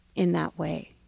in that way